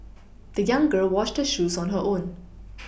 the young girl washed her shoes on her own